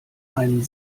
einen